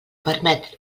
permet